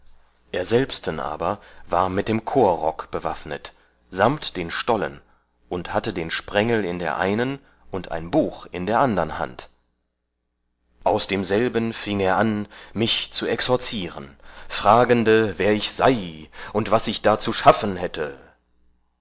er selbsten aber war mit dem chorrock bewaffnet samt den stollen und hatte den sprengel in der einen und ein buch in der andern hand aus demselben fieng er an mich zu exorzieren fragende wer ich sei und was ich da zu schaffen hätte